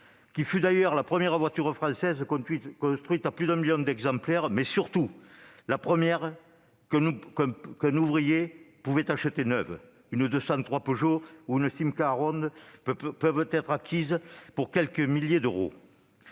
qui fut d'ailleurs la première voiture française construite à plus d'un million d'exemplaires, mais surtout la première qu'un ouvrier pouvait acheter neuve -une 203 Peugeot ou une Simca Aronde peuvent être acquises pour quelques milliers d'euros.